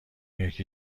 یکی